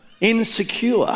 insecure